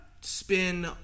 spin